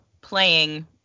playing